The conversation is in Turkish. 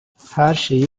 herşeyi